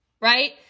right